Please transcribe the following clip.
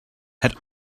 had